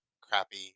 crappy